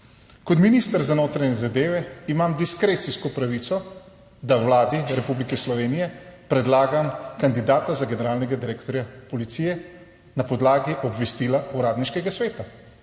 Kot minister za notranje zadeve imam diskrecijsko pravico, da Vladi Republike Slovenije predlagam kandidata za generalnega direktorja policije na podlagi obvestila Uradniškega sveta.